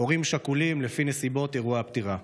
הורים שכולים, לפי נסיבות אירוע הפטירה.